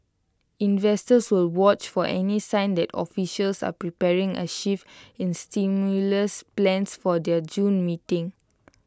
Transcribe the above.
investors will watch for any sign that officials are preparing A shift in stimulus plans for their June meeting